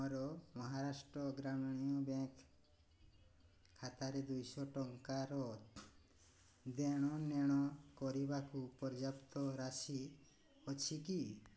ମୋର ମହାରାଷ୍ଟ୍ର ଗ୍ରାମୀଣୀୟ ବ୍ୟାଙ୍କ୍ ଖାତାରେ ଦୁଇଶହ ଟଙ୍କାର ଦେଣନେଣ କରିବାକୁ ପର୍ଯ୍ୟାପ୍ତ ରାଶି ଅଛି କି